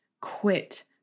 quit